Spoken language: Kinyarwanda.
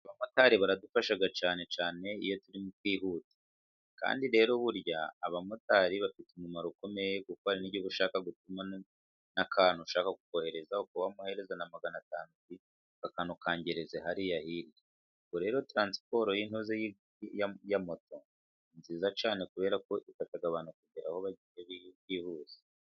Abamotari baradufasha cyane cyane, iyo turi kwihuta kandi rero burya, abamotari bafite umumaro ukomeye, kuko hari igihe, ushaka kugura n'akantu ushaka kukohereza, ukaba wamuhereza na magana atanu, uti aka kantu kangereze hariya hirya. rero transiporo y'intuza, ya moto ni nziza cyane, kubera ko ifasha abantu kugera aho bagiye byihuse.